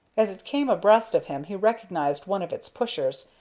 as it came abreast of him he recognized one of its pushers,